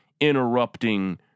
interrupting